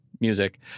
Music